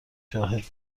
شاهدید